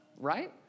right